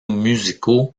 musicaux